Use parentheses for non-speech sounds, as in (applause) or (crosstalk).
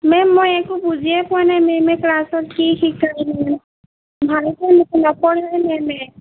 ma'am মই একো বুজিয়েই পোৱা নাই মেমে ক্লাছত কি শিকাই মেম ভালেকৈ (unintelligible) মেমে